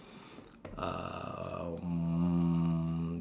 um